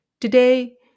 Today